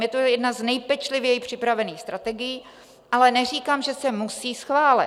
Je to jedna z nejpečlivěji připravených strategií, ale neříkám, že se musí schválit.